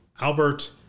Albert